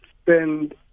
spend